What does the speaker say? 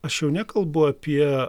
aš jau nekalbu apie